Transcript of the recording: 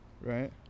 Right